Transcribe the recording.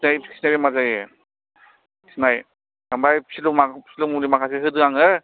खिनाय बेमार जायो खिनाय ओमफ्राय फिलौमा फिलौ मुलि माखासे होदों आङो